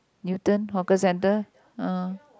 Newton hawker centre ah